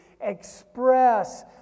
express